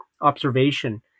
observation